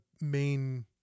main